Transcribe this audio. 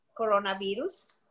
coronavirus